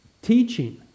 Teaching